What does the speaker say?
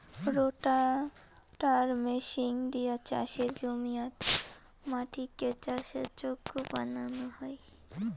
রোটাটার machine দিয়া চাসের জমিয়াত মাটিকে চাষের যোগ্য বানানো হই